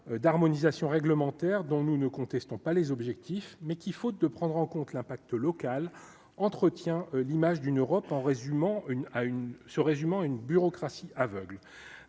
d'harmonisation réglementaire dont nous ne contestons pas les objectifs, mais qui, faute de prendre en compte l'impact local entretient l'image d'une Europe en résumant une à une, se résumant